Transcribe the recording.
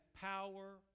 power